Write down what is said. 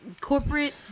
corporate